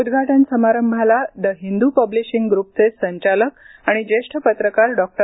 उद्घाटन समारंभाला the Hindu publishing ग्रूपचे संचालक आणि ज्येष्ठ पत्रकार पद्मभूषण डॉ